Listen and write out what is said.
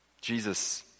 Jesus